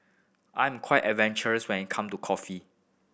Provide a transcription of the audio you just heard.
I'm quite adventurous when it come to coffee